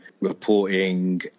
reporting